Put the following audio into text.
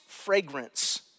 fragrance